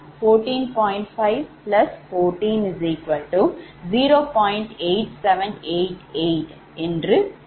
8788இவ்வாறு குறிப்பிடுகிறது